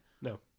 No